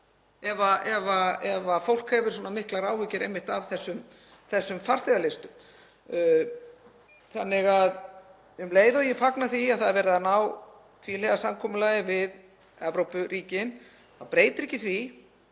ef fólk hefur svona miklar áhyggjur einmitt af þessum farþegalistum? Um leið og ég fagna því að það er verið að ná tvíhliða samkomulagi við Evrópuríkin þá breytir það ekki því